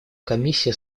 комиссии